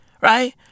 Right